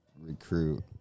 recruit